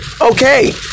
Okay